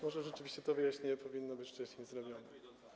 Może rzeczywiście to wyjaśnienie powinno być wcześniej przedstawione.